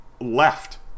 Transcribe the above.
left